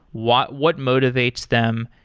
what what motivates them?